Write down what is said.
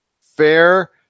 fair